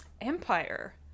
Empire